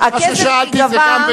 שאתה טוען,